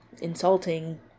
insulting